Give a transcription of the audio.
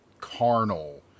carnal